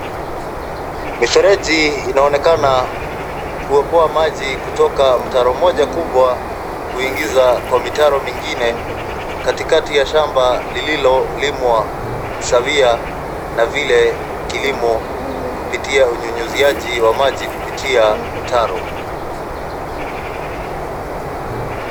Mifereji inaonekana kuopoa maji kutoka mtaro moja kubwa kuingiza kwa mitaro mingine katikati ya shamba lililolimwa sawia na vile kilimo kupitia unyunyiziaji wa maji kupitia mtaro.